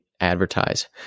advertise